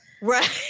right